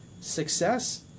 success